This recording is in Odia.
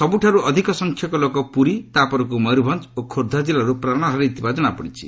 ସବୁଠାରୁ ଅଧିକ ସଂଖ୍ୟକ ଲୋକ ପୁରୀ ମୟୂରଭଞ୍ଜ୍ ଓ ଖୋର୍ଦ୍ଧା ଜିଲ୍ଲାରୁ ପ୍ରାଣ ହରାଇଥିବା ଜଣାପଡ଼ିଛି